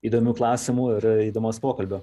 įdomių klausimų ir įdomaus pokalbio